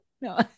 No